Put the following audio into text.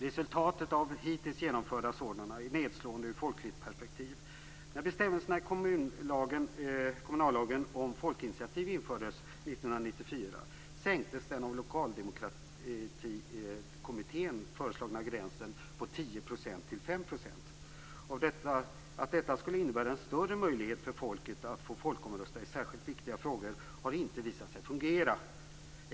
Resultatet av hittills genomförda sådana är nedslående ur folkligt perspektiv. När bestämmelserna om folkinitiativ infördes 1994 i kommunallagen sänktes den av Lokaldemokratikommittén förslagna gränsen på 10 % till 5 %. Att detta skulle innebära en större möjlighet för folket att få folkomrösta i särskilt viktiga frågor har inte visat sig fungera.